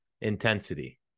intensity